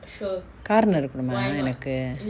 காரனோ இருக்கணுமா எனக்கு:kaarano irukanuma enaku